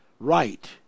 right